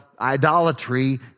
idolatry